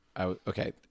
okay